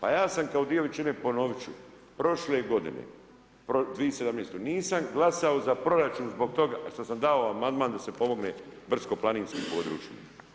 A ja sam kao dio većine, ponovit ću, prošle godine, 2017. nisam glasao za proračun zbog toga što sam dao amandman da se pomogne brdsko-planinskim područjima.